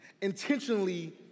Intentionally